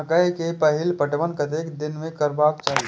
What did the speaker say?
मकेय के पहिल पटवन कतेक दिन में करबाक चाही?